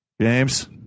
James